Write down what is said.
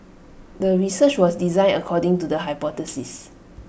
the research was designed according to the hypothesis